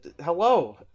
Hello